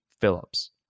Phillips